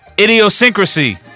Idiosyncrasy